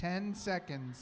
ten seconds